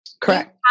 Correct